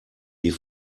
die